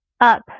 up